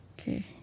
Okay